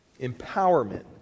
empowerment